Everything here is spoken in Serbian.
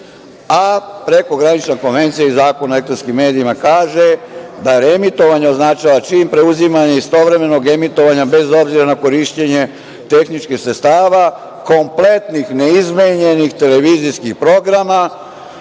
a prekogranična konvencija i Zakon o elektronskim medijima kaže da reemitovanje označava čin preuzimanja istovremenog emitovanja, bez obzira na korišćenje tehničkih sredstava, kompletnih, neizmenjenih televizijskih programa